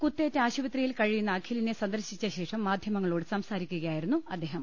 കുത്തേറ്റ് ആശു പത്രിയിൽ കഴിയുന്ന അഖിലിനെ സന്ദർശിച്ചശേഷം മാധ്യമങ്ങളോട് സംസാരിക്കുകയായിരുന്നു അദ്ദേഹം